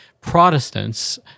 Protestants